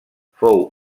fou